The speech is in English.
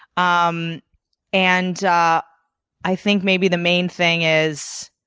um and i think maybe the main thing is